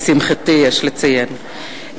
לשמחתי, יש לציין.